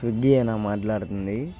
స్విగ్గీయేనా మాట్లాడుతుంది